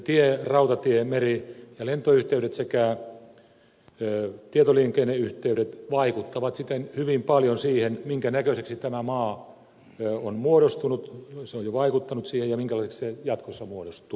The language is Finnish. tie rautatie meri ja lentoyhteydet sekä tietoliikenneyhteydet vaikuttavat siten hyvin paljon siihen minkä näköiseksi tämä maa on muodostunut se on jo vaikuttanut siihen ja minkälaiseksi se jatkossa muodostuu